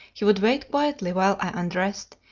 he would wait quietly while i undressed,